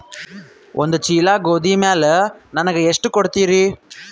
ಒಂದ ಚೀಲ ಗೋಧಿ ಮ್ಯಾಲ ನನಗ ಎಷ್ಟ ಕೊಡತೀರಿ?